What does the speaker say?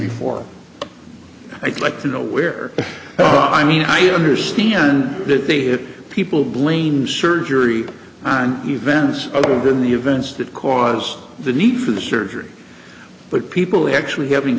before i'd like to know where i mean i understand that the people blame surgery on events in the events that cause the need for the surgery but people actually having